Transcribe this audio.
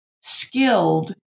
skilled